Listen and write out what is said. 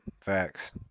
facts